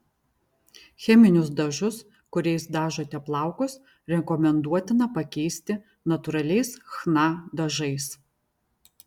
cheminius dažus kuriais dažote plaukus rekomenduotina pakeisti natūraliais chna dažais